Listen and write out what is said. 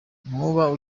ntuba